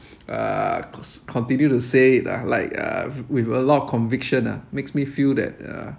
uh cause continue to say it lah like uh with a lot of conviction ah makes me feel that yeah